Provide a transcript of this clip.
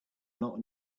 not